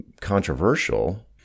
controversial